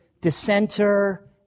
dissenter